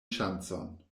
ŝancon